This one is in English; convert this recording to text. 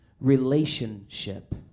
Relationship